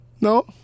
No